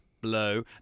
blow